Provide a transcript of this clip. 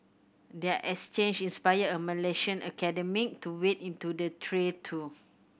their exchange inspired a Malaysian academic to wade into the tray too